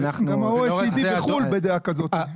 גם ה-OECD בחו"ל בדעה כזאת.